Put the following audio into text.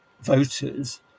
voters